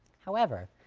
however,